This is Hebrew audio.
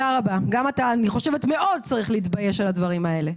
אני חושבת שגם אתה מאוד צריך להתבייש על הדברים האלה.